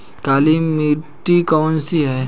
काली मिट्टी कौन सी है?